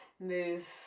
move